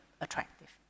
attractive